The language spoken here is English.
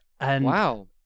Wow